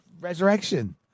resurrection